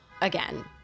again